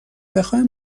بخواین